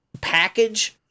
package